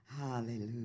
Hallelujah